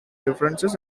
differences